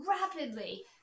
rapidly